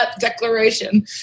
declaration